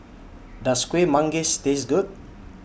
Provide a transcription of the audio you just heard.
Does Kueh Manggis Taste Good